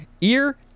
Ear